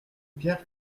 pierre